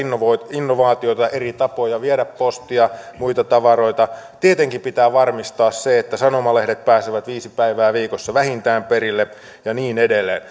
innovaatioita voi olla eri tapoja viedä postia ja muita tavaroita tietenkin pitää varmistaa se että sanomalehdet pääsevät vähintään viisi päivää viikossa perille ja niin edelleen